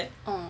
uh